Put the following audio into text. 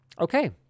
Okay